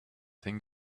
think